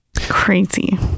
Crazy